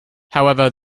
however